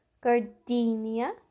gardenia